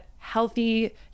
healthy